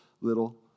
little